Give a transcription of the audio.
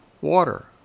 water